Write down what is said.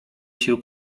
się